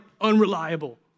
unreliable